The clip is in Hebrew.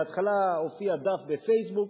בהתחלה הופיע דף ב"פייסבוק",